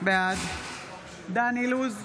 בעד דן אילוז,